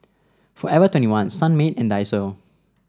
forever twenty one Sunmaid and Daiso